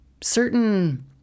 certain